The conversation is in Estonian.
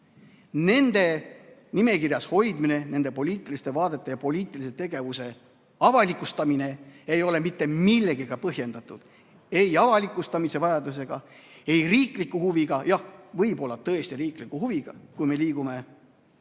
Nende nimekirjas hoidmine, nende poliitiliste vaadete ja poliitilise tegevuse avalikustamine ei ole mitte millegagi põhjendatud – ei avalikustamise vajadusega, ei riigi huviga. Jah, võib-olla tõesti riigi huviga, kui me liigume diktatuuri